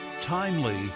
timely